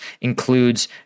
includes